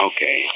Okay